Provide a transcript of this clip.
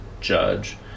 judge